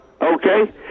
okay